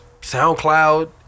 SoundCloud